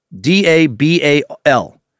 D-A-B-A-L